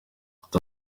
ati